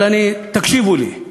אבל תקשיבו לי.